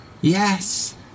Yes